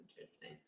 interesting